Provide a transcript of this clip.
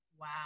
Wow